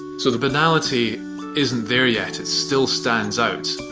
so the banality isn't there yet. it still stands out